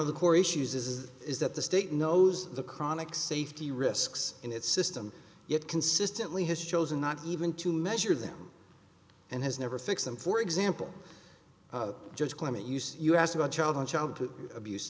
of the core issues is is that the state knows the chronic safety risks in its system yet consistently his chosen not even to measure them and has never fix them for example just climate you see you ask about child on childhood abuse